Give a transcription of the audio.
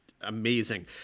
Amazing